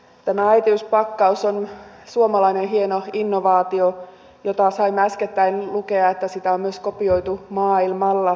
tämä äitiyspakkaus on suomalainen hieno innovaatio josta saimme äskettäin lukea että sitä on myös kopioitu maailmalla